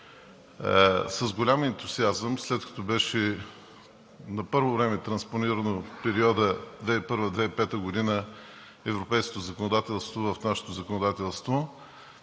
С голям ентусиазъм, след като беше на първо време транспонирано европейското законодателство в нашето законодателство